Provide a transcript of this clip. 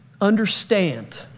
understand